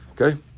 Okay